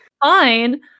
fine